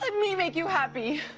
um me make you happy.